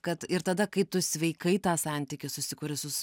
kad ir tada kai tu sveikai tą santykį susikuri su su